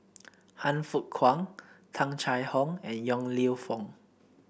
Han Fook Kwang Tung Chye Hong and Yong Lew Foong